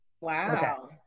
Wow